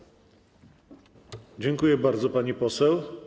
Dziękuję bardzo, pani poseł.